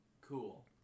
Cool